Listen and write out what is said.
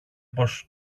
πως